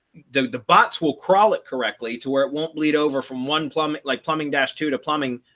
the the bots will crawl it correctly to where it won't bleed over from one plumber like plumbing dash to to plumbing,